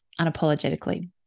unapologetically